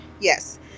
Yes